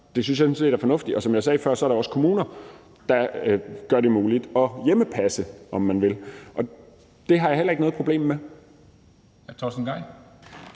jeg sådan set er fornuftigt. Og som jeg sagde før, er der også kommuner, der gør det muligt at hjemmepasse, om man vil, og det har jeg heller ikke noget problem med.